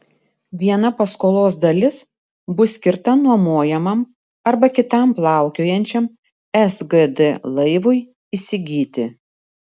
viena paskolos dalis bus skirta nuomojamam arba kitam plaukiojančiam sgd laivui įsigyti